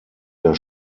der